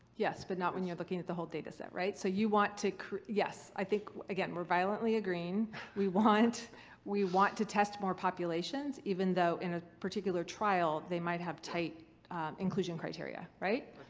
yes, but not when you're looking at the whole data set, right. so you want to crea. yes, i think. again, we're violently agreeing we want we want to test more populations, even though in a particular trial they might have tight inclusion criteria, right?